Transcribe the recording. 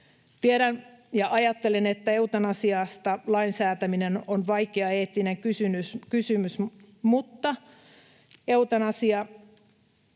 Tiedän ja ajattelen, että lain säätäminen eutanasiasta on vaikea eettinen kysymys, mutta eutanasia